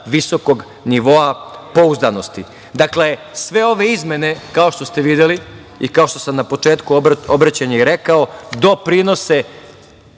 visokog nivoa pouzdanosti. Dakle, sve ove izmene kao što ste videli i kao što sam na početku obraćanja i rekao, doprinose